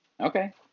Okay